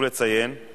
רק